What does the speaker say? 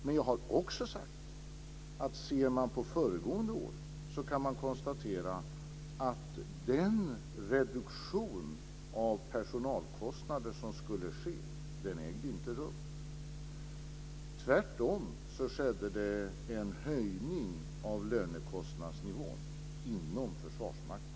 Men jag har också sagt att den reduktion av personalkostnader som skulle ske föregående år inte ägde rum. Tvärtom skedde en höjning av lönekostnadsnivån inom Försvarsmakten.